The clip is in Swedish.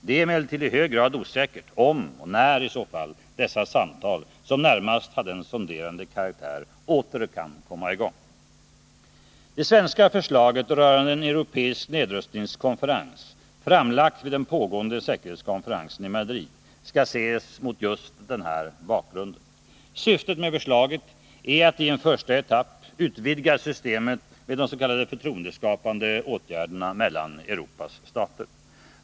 Det är emellertid i hög grad osäkert om och i så fall när dessa samtal, som närmast hade en sonderande karaktär, åter kan komma i gång. Det svenska förslaget rörande en europeisk nedrustningskonferens, framlagt vid den pågående säkerhetskonferensen i Madrid, skall ses mot just denna bakgrund. Syftet med förslaget är att i en första etapp utvidga systemet med de s.k. förtroendeskapande åtgärderna mellan Europas stater.